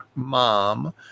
mom